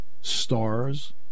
stars